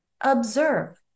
observe